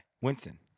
Winston